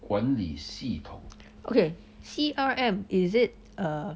okay C_R_M is it a